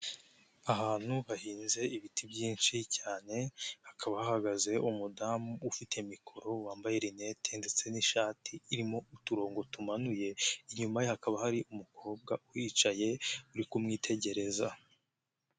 Ahantu hahinze ibiti byinshi cyane, hakaba hahagaze umudamu ufite mikoro wambaye linete ndetse n'ishati irimo uturongo tumanuye, inyuma ye hakaba hari umukobwa uhicaye uri kumwitegereza.